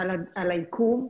על העיכוב.